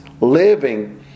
living